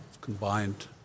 combined